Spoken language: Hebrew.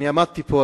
אמרתי פה,